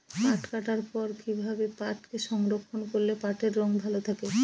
পাট কাটার পর কি ভাবে পাটকে সংরক্ষন করলে পাটের রং ভালো থাকে?